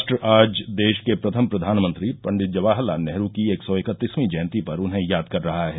राष्ट्र आज देश के प्रथम प्रधानमंत्री पंडित जवाहर लाल नेहरू की एक सौ इकत्तीसवीं जयंती पर उन्हें याद कर रहा है